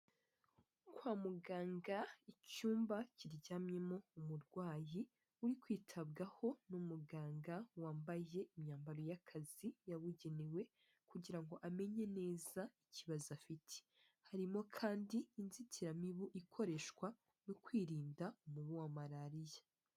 Kwa muganga icyumba kiryamyemo umurwayi uri kwitabwaho n'umuganga wambaye imyambaro y'akazi yabugenewe, kugira ngo amenye neza ikibazo afite. Harimo kandi inzitiramibu ikoreshwa no kwirinda umubu wa malariya.